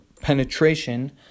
penetration